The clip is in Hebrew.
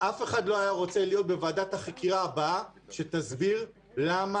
אף אחד לא היה רוצה להיות בוועדת החקירה הבאה שתסביר למה